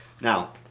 Now